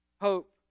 hope